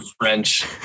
French